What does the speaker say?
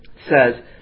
says